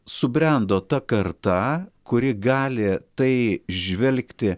subrendo ta karta kuri gali tai žvelgti